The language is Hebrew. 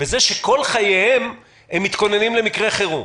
בזה שכל חייהם הם מתכוננים למקרה חירום.